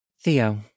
Theo